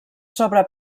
sobre